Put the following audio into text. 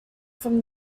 from